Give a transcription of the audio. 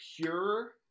pure